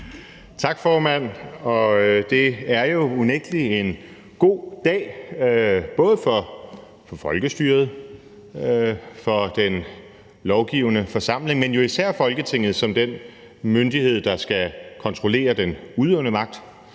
Tak, formand. Og det er unægtelig en god dag både for folkestyret, altså for den lovgivende forsamling, men jo især for Folketinget som den myndighed, der skal kontrollere den udøvende magt.